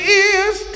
ears